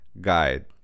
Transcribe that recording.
guide